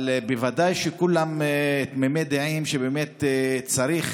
אבל ודאי שכולם תמימי דעים שבאמת צריך